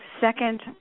second